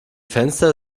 fenster